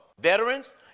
Veterans